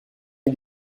est